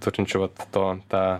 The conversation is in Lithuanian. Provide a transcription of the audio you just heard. turinčiu vat to tą